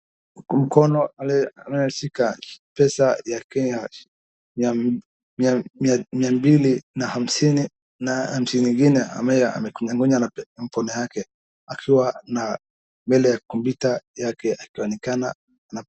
Mkono unaoshika pesa ya Kenya mia mbili na hamsini na hamsini ingine ambayo amekunyanganya na mkono yake akiwa mbele ya kompyuta yake akionekana na.